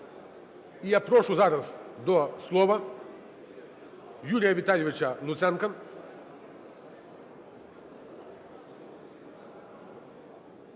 І я прошу зараз до слова Юрія Віталійовича Луценка.